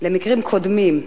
למקרים קודמים,